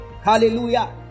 Hallelujah